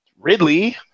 Ridley